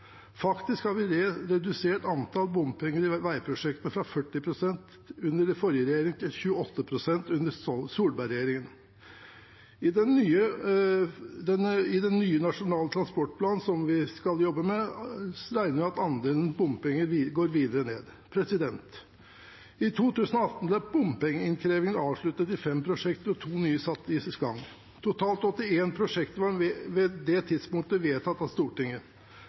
Faktisk har vi redusert antall bompenger i veiprosjektene fra 40 pst. under forrige regjering til 28 pst. under Solberg-regjeringen. I den nye Nasjonal transportplan vi skal jobbe med, regner vi med at andelen bompenger går videre ned. I 2018 ble bompengeinnkrevingen avsluttet i fem prosjekter og to nye satt i gang. Totalt 81 prosjekter var ved det tidspunktet vedtatt av Stortinget.